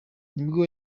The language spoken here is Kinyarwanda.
nibwo